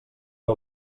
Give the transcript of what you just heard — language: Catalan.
que